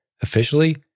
Officially